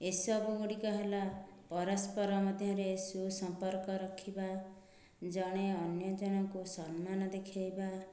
ଏସବୁ ଗୁଡ଼ିକ ହେଲା ପରସ୍ପର ମଧ୍ୟରେ ସୁସମ୍ପର୍କ ରଖିବା ଜଣେ ଅନ୍ୟ ଜଣଙ୍କୁ ସମ୍ମାନ ଦେଖେଇବା